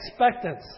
expectance